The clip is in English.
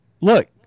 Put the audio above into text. Look